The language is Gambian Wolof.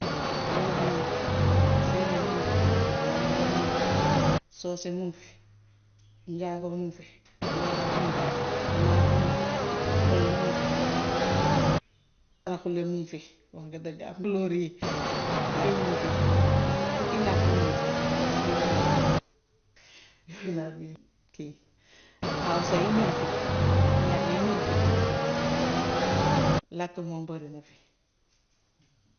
Wolof muŋ fi, séeréer muŋ fi, bàmbara muŋ fi, soose muŋ fi, njaago muŋ fi, joolaa muŋ fi, naar muŋ fi, pël muŋ fi, saraxulle muŋ fi wax nga dëgg ak tukulóor yi. Yooy yépp miŋ fi. Fukki làkk miŋ fi si li ma jàpp. Yooyu laa de kii. Awsa yi ñiŋ fi, ñag yi ñuŋ fi; làkk moom barina fi.